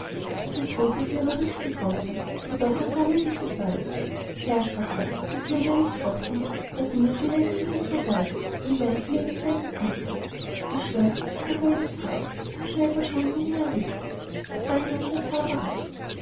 der großvezier war höchst betroffen jedoch er sammelte sich bald herr sprach er liegt nunmehr nicht offen was mir schon längst für sicher galt wenngleich du mir nicht beigepflichtet dies schloß ich wiederhol es frei so schnell verschwunden wie errichtet es war ein werk der zauberei